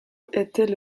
était